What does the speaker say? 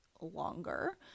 longer